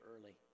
early